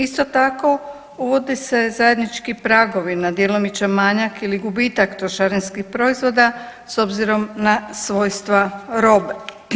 Isto tako, uvode se zajednički pragovi na djelomični manjak ili gubitak trošarinskih proizvoda s obzirom na svojstva robe.